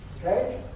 Okay